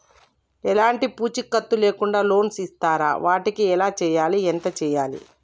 ఎలాంటి పూచీకత్తు లేకుండా లోన్స్ ఇస్తారా వాటికి ఎలా చేయాలి ఎంత చేయాలి?